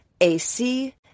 AC